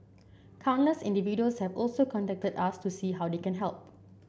countless individuals have also contacted us to see how they can help